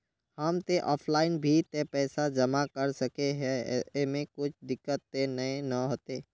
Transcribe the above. हम ते ऑफलाइन भी ते पैसा जमा कर सके है ऐमे कुछ दिक्कत ते नय न होते?